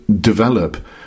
develop